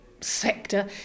sector